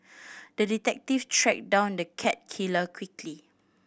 the detective tracked down the cat killer quickly